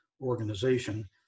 organization